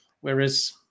whereas